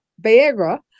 Beira